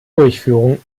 durchführung